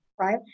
right